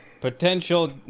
Potential